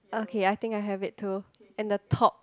okay I think I have it too and the top